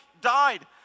died